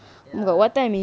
ya ten easy easy